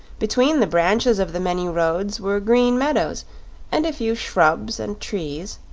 between the branches of the many roads were green meadows and a few shrubs and trees,